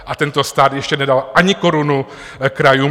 A tento stát ještě nedal ani korunu krajům.